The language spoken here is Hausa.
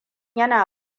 yana